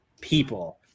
people